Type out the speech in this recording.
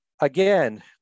Again